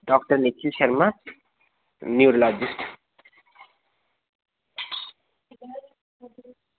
doctor Nikhil Sharma neurologist